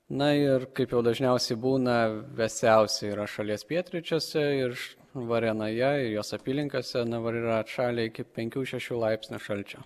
na ir kaip jau dažniausiai būna vėsiausia yra šalies pietryčiuose iš varėnoje ir jos apylinkėse dabar yra atšalę iki penkių šešių laipsnių šalčio